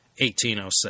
1807